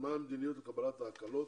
מה המדיניות לקבלת ההקלות